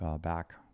back